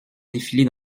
défiler